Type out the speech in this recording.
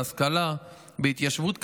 בהשכלה ובהתיישבות,